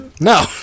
No